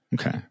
Okay